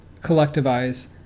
collectivize